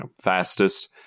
fastest